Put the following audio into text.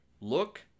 look